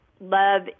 Love